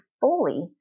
fully